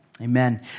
amen